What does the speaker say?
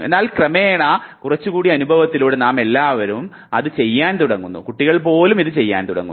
എന്നാൽ ക്രമേണ കുറച്ചുകൂടി അനുഭവത്തിലൂടെ നാമെല്ലാവരും അത് ചെയ്യാൻ തുടങ്ങുന്നു കുട്ടികൾ പോലും അത് ചെയ്യാൻ തുടങ്ങുന്നു